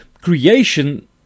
creation